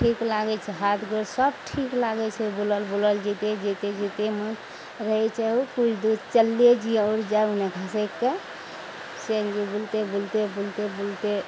ठीक लागय छै हाथ गोर सब ठीक लागय छै बुलल बुलल जइते जइते जइते मन रहय छै किछु दूर चलले जइए आओर जाइ लए घुसयकके से बुलते बुलते बुलते बुलते